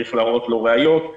צריך להראות לו ראיות,